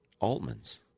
Altman's